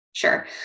Sure